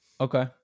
Okay